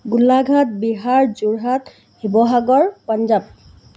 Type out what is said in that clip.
Golaghat Bihar Jorhat Sivasagar Punjab